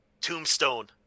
Tombstone